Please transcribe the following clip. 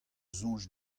soñj